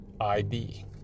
ID